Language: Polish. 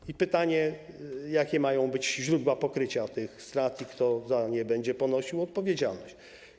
I pytanie: Jakie mają być źródła pokrycia tych strat i kto będzie za nie ponosił odpowiedzialność?